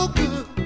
good